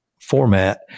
format